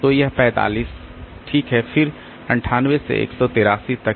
तो यह 45 ठीक है फिर 98 से 183 तक